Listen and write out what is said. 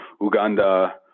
Uganda